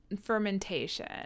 fermentation